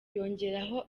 yongeyeho